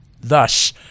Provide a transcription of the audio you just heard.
Thus